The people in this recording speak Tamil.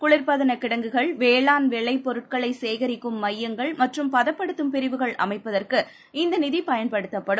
குளிர்பதனகிடங்குகள் வேளாண் விளைபொருட்களைசேகரிக்கும் மையங்கள் மற்றும் பதப்படுத்தும் அமைப்பதற்கு இந்தநிதிபயன்படுத்தப்படும்